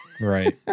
Right